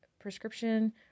prescription